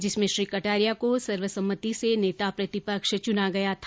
जिसमें श्री कटारिया को सर्वसम्मति से नेता प्रतिपक्ष चुना गया था